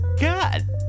God